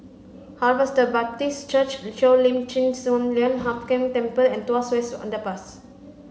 Harvester Baptist Church Cheo Lim Chin Sun Lian Hup Keng Temple and Tuas West Underpass